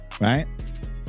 right